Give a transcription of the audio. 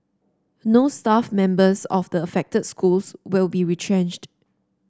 no staff members of the affected schools will be retrenched